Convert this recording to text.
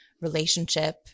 relationship